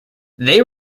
they